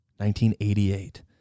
1988